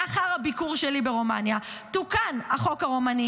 לאחר הביקור שלי ברומניה תוקן החוק הרומני